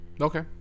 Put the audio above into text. Okay